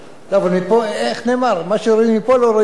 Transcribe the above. איך נאמר, מה שרואים מפה לא רואים משם.